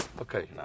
Okay